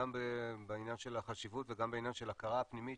גם בעניין של החשיבות וגם בעניין של ההכרה הפנימית,